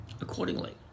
accordingly